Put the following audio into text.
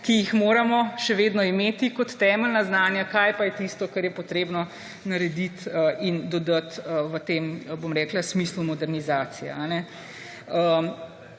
ki jih moramo še vedno imeti kot temeljna znanja; kaj pa je tisto, kar je treba narediti in dodati v tem smislu modernizacije.